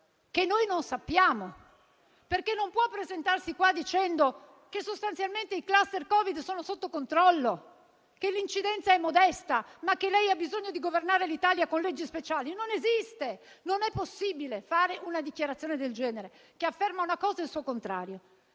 che noi non sappiamo, perché non può presentarsi qua dicendo che sostanzialmente i *cluster* Covid sono sotto controllo, che l'incidenza è modesta, ma che lei ha bisogno di governare l'Italia con leggi speciali. Non esiste! Non è possibile fare una dichiarazione del genere, che afferma una cosa e il suo contrario.